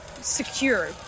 secure